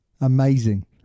amazing